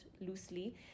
loosely